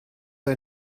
ein